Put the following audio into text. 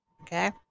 okay